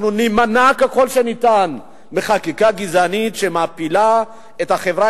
נימנע ככל שניתן מחקיקה גזענית שמפילה את החברה